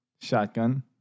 Shotgun